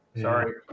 Sorry